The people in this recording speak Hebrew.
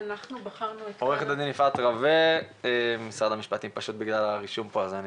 בבקשה עורכת הדין יפעת רווה משרד המשפטים.